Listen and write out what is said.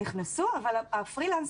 אבל הפרי לנסרים,